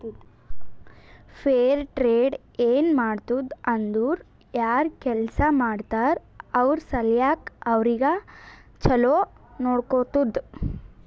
fair trade ಏನ್ ಮಾಡ್ತುದ್ ಅಂದುರ್ ಯಾರ್ ಕೆಲ್ಸಾ ಮಾಡ್ತಾರ ಅವ್ರ ಸಲ್ಯಾಕ್ ಅವ್ರಿಗ ಛಲೋ ನೊಡ್ಕೊತ್ತುದ್